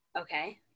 Okay